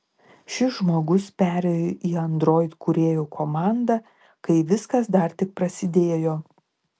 šis žmogus perėjo į android kūrėjų komandą kai viskas dar tik prasidėjo